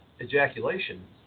ejaculation